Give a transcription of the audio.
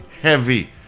Heavy